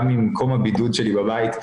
גם ממקום הבידוד שלי בבית,